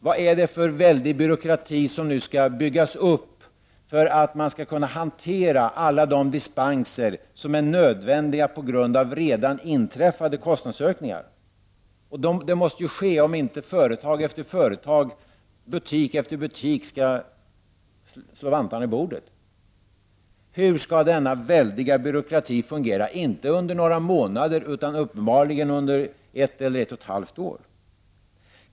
Vad är det för väldig byråkrati som nu skall byggas upp för att man skall kunna hantera alla de dispenser som är nödvändiga på grund av redan inträffade kostnadsökningar? Det måste ju ske om inte företag efter företag och butik efter butik skall slå vantarna i bordet. Hur skall denna väldiga byråkrati fungera, inte under några månader, utan uppenbarligen under ett eller ett och ett halvt år?